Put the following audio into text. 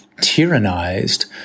tyrannized